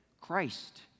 Christ